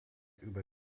über